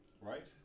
right